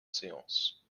séance